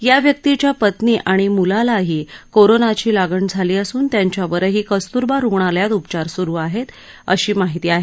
या व्यक्तीच्या पत्नी आणि मुलालाही कोरोनाची लागण झाली असून त्यांच्यावरही कस्तुरबा रूग्णालयात उपचार सुरू आहे अशी माहिती आहे